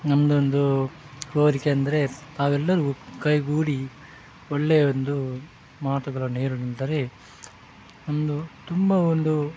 ನಮ್ಮದೊಂದು ಕೋರಿಕೆ ಅಂದರೆ ತಾವೆಲ್ಲರು ಕೈಗೂಡಿ ಒಳ್ಳೆಯ ಒಂದು ಮಾತುಗಳನ್ನು ಹೇಳಲು ನಿಂತರೆ ನಮ್ಮದು ತುಂಬ ಒಂದು